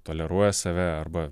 toleruoja save arba